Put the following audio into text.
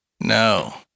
No